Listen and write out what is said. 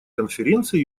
конференции